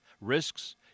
risks